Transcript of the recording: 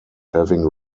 having